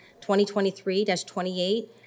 2023-28